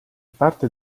parte